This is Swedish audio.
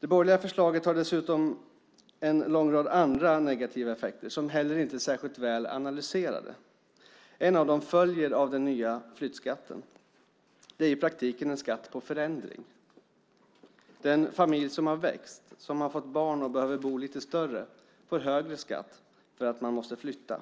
Det borgerliga förslaget har en lång rad andra negativa effekter som heller inte är särskilt väl analyserade. En av dem följer av den nya flyttskatten. Det är i praktiken en skatt på förändring. Den familj som har växt, som har fått barn och behöver bo lite större, får högre skatt på grund av flytten.